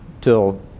till